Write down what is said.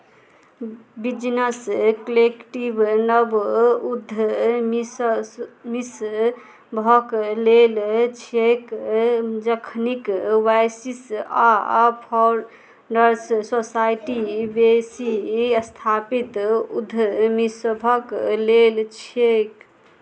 business collective नव उद्यमी स सभक लेल छियैक जखनिक वाइसिस आ फाउण्डर्स सोसायटी बेसी स्थापित उद्यमी सभक लेल छियैक